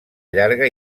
llarga